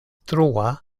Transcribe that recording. troa